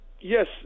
yes